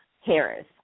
Harris